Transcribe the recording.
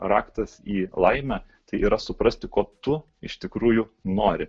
raktas į laimę tai yra suprasti ko tu iš tikrųjų nori